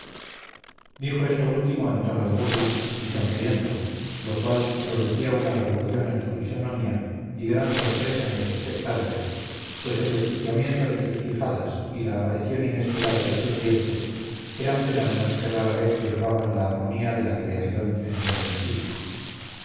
dijo esto último en tono de burla y sonriendo lo cual producía una revolución en su fisonomía y gran sorpresa en los espectadores pues el desquiciamiento de sus quijadas y la aparición inesperada de sus dientes eran fenómenos que rara vez turbaban la armonía de la creación en el orden físico